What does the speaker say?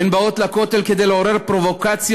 הן באות לכותל כדי לעורר פרובוקציות,